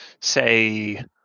say